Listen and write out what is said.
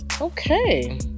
Okay